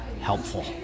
helpful